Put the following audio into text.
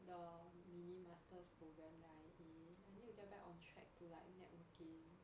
the mini masters programme that I am in I need to get back on track to like networking